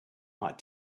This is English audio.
hot